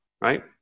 right